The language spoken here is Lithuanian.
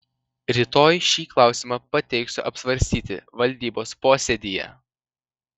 rytoj šį klausimą pateiksiu apsvarstyti valdybos posėdyje